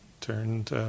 turned